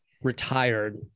retired